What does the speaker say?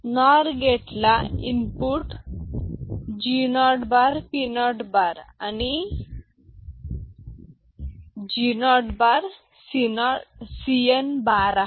नोर गेटला input G0 बारP0 bar आणि G0 बारCn बार आहे